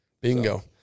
Bingo